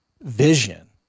Vision